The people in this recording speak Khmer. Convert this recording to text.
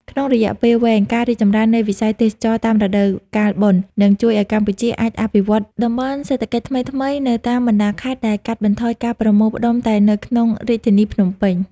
ក្នុងរយៈពេលវែង ការរីកចម្រើននៃវិស័យទេសចរណ៍តាមរដូវកាលបុណ្យ នឹងជួយឱ្យកម្ពុជាអាចអភិវឌ្ឍតំបន់សេដ្ឋកិច្ចថ្មីៗនៅតាមបណ្តាខេត្ត ដែលកាត់បន្ថយការប្រមូលផ្តុំតែនៅក្នុងរាជធានីភ្នំពេញ។